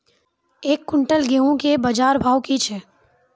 एक क्विंटल गेहूँ के बाजार भाव की छ?